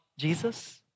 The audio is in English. Jesus